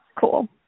cool